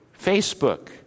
Facebook